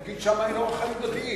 הוא יגיד: שם אין אורח חיים דתי,